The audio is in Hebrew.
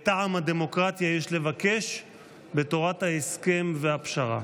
"את טעם הדמוקרטיה יש לבקש בתורת ההסכם והפשרה".